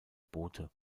bote